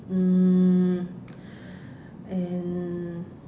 mm and